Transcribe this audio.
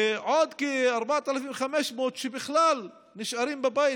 ועל עוד כ-4,500 שבכלל נשארים בבית,